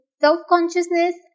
self-consciousness